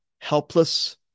helpless